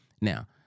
Now